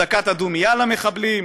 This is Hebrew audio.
או דקת הדומייה למחבלים,